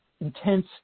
intense